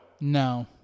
no